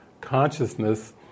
consciousness